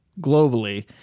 globally